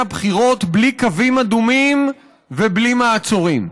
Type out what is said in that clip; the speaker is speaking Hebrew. בחירות בלי קווים אדומים ובלי מעצורים.